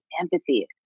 empathy